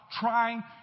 trying